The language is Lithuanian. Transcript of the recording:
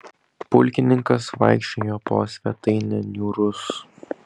pulkininkas vaikščiojo po svetainę niūrus